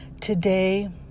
Today